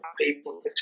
people